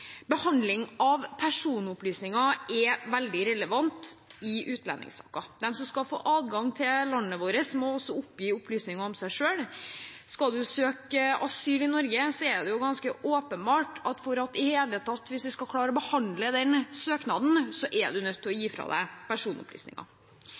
Behandling av personopplysninger er veldig relevant i utlendingssaker. De som skal få adgang til landet vårt, må også oppgi opplysninger om seg selv. Skal man søke asyl i Norge, er det ganske åpenbart at hvis vi i det hele tatt skal klare å behandle den søknaden, er man nødt til å gi